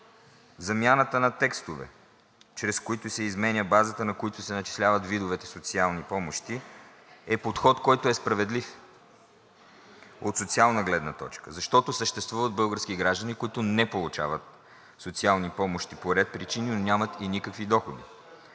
Замяната на текстове, чрез които се изменя базата, на която се начисляват видовете социални помощи, е подход, който е справедлив от социална гледна точка. Защото съществуват български граждани, които не получават социални помощи по ред причини, но нямат и никакви доходи.